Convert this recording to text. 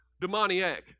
demoniac